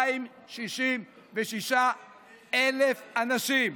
266,000 אנשים.